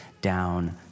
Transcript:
down